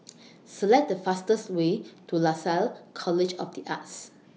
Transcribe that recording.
Select The fastest Way to Lasalle College of The Arts